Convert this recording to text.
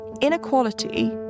Inequality